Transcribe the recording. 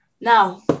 now